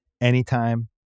Anytime